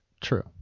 True